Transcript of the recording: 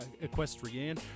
Equestrian